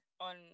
on